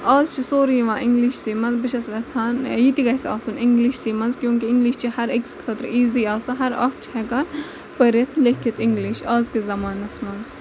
آز چھُ سورُے یِوان اِنگلِش سٕے منٛز بہٕ چھَس یژھان یِتہِ گژھِ آسُن اِنگلِش سٕے منٛز کیوں کہِ اِنگلِش چھُ ہر أکِس خٲطرٕ ایٖزی آسان ہر اکھ چھُ ہیٚکان پٔرِتھ لیٚکھِتھ اِنگلِش آزکِس زَمانَس منٛز